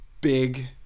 big